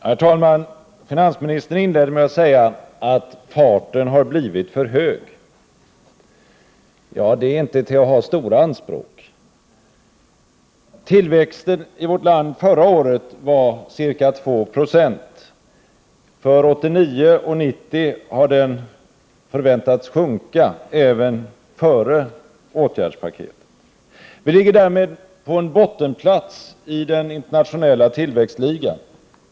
Herr talman! Finansministern inledde sitt anförande med att säga att farten har blivit för hög. Det är inte till att ha stora anspråk. Tillväxten i vårt land förra året var ca 2 920. För 1989 och 1990 har den förväntats sjunka även före åtgärdspaketet. Sverige ligger därmed på en bottenplats i den internationella tillväxtligan.